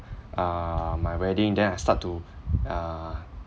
uh my wedding then I start to err